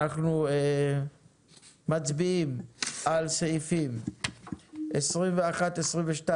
אנחנו מצביעים על תקנות 21, 22,